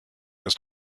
ist